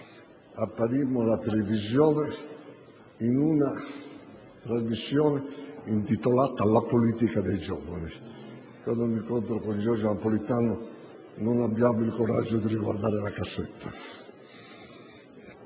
apparimmo in televisione, in una trasmissione intitolata «La politica dei giovani»; quando incontro Giorgio Napolitano non abbiamo il coraggio di riguardare la cassetta.